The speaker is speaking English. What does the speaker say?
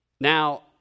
Now